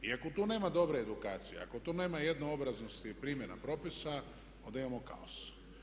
I ako tu nema dobre edukacije, ako tu nema jednoobraznosti i primjena propisa onda imamo kaos.